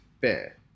fair